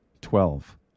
Twelve